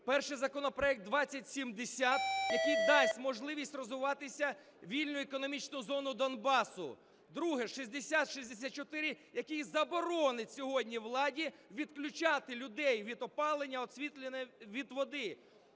Перший законопроект 2070, який дасть можливість розвиватися вільній економічній зоні Донбасу. Другий 6064, який заборонить сьогодні владі відключати людей від опалення, освітлення, від води,